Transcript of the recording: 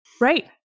Right